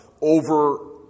over